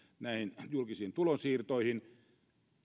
näihin julkisiin tulonsiirtoihin